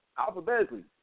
Alphabetically